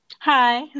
Hi